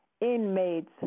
inmates